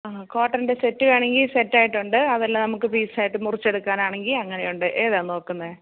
ആ കോട്ടൻ്റെ സെറ്റ് വേണമെങ്കില് സെറ്റായിട്ടുണ്ട് അതെല്ലാ നമുക്ക് പീസായിട്ട് മുറിച്ചെടുക്കാനാണെങ്കില് അങ്ങനെയുണ്ട് ഏതാ നോക്കുന്നെ